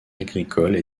agricole